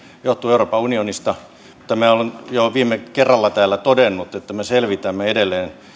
euroopan unionista mutta minä olen jo viime kerralla täällä todennut että me selvitämme edelleen